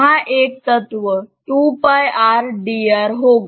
यहां एक तत्व होगा